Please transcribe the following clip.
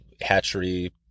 hatchery –